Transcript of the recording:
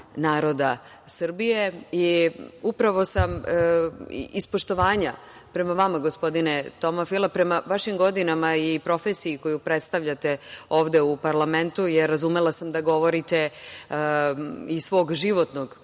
naroda Srbije i upravo sam iz poštovanja prema vama, gospodine Toma Fila, prema vašim godinama i profesiji koju predstavljate ovde u parlamentu, jer razumela sam da govorite iz svog životnog